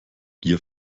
gier